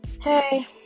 Hey